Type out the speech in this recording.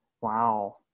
Wow